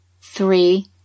Three